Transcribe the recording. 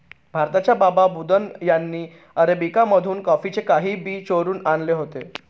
भारताच्या बाबा बुदन यांनी अरेबिका मधून कॉफीचे काही बी चोरून आणले होते